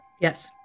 Yes